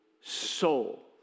soul